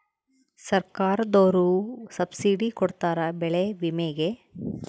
ಸರ್ಕಾರ್ದೊರು ಸಬ್ಸಿಡಿ ಕೊಡ್ತಾರ ಬೆಳೆ ವಿಮೆ ಗೇ